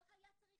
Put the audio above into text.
לא היה צריך